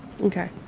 Okay